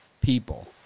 people